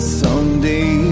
someday